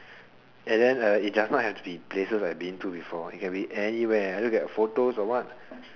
and it does not have to be place I've been before I look at photos or what